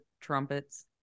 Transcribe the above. trumpets